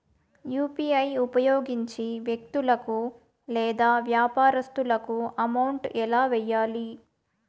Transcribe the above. UPI ఉపయోగించి వ్యక్తులకు లేదా వ్యాపారస్తులకు అమౌంట్ ఎలా వెయ్యాలి